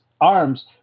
arms